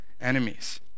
enemies